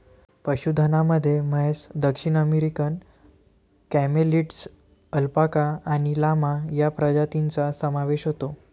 पशुधनामध्ये म्हैस, दक्षिण अमेरिकन कॅमेलिड्स, अल्पाका आणि लामा या प्रजातींचा समावेश होतो